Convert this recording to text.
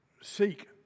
seek